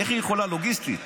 איך היא יכולה לוגיסטית?